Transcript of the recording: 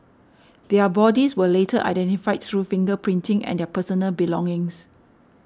their bodies were later identified through finger printing and their personal belongings